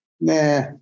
Nah